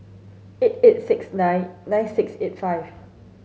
eight eight six nine nine six eight five